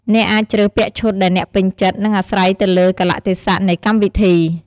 អ្នកអាចជ្រើសពាក់ឈុតដែលអ្នកពេញចិត្ត និងអាស្រ័យទៅលើកាលៈទេសៈនៃកម្មវិធី។